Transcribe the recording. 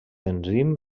enzim